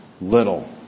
little